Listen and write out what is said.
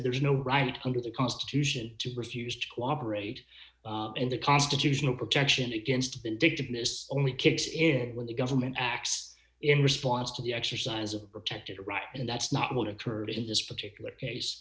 there's no right under the constitution to refuse to cooperate in the constitutional protection against the dictum this only kicks in when the government acts in response to the exercise of protected rights and that's not what occurred in this particular case